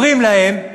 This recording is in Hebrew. אומרים להם: